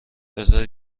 بزار